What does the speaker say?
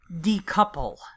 decouple